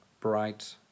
bright